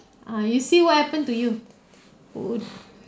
ah you see what happened to you would